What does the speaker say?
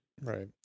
Right